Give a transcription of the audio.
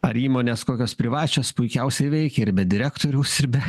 ar įmonės kokios privačios puikiausiai veikia ir be direktoriaus ir be